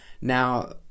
now